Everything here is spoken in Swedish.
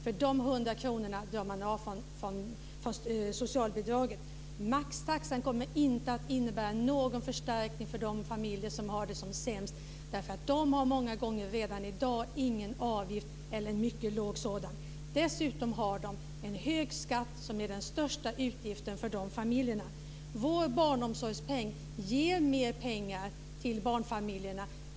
Dessa 100 kr drar man av från socialbidraget. Maxtaxan kommer inte att innebära någon förstärkning för de familjer som har det sämst ställt. De har många gånger redan i dag ingen avgift eller en mycket låg sådan. Dessutom har de en hög skatt som är den största utgiften för dessa familjer. Vår barnomsorgspeng ger mer pengar till barnfamiljerna.